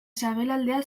sabelaldea